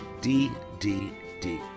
ddd